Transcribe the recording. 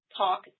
talk